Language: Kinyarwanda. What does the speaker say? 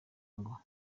ngo